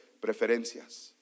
preferencias